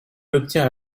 obtient